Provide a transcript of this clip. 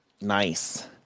Nice